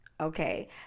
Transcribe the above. Okay